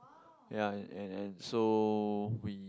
ya and and so we